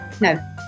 No